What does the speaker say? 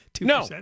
No